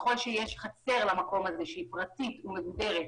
ככל שיש חצר למקום שהיא פרטית ומגודרת,